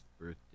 birthday